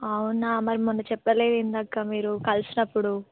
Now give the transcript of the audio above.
అవునా మరి మొన్న చెప్పలేదేంటక్కా మీరు కలిసినప్పుడు